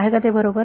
आहे का ते बरोबर